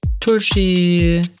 Tulsi